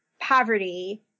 poverty